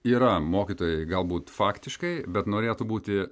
yra mokytojai galbūt faktiškai bet norėtų būti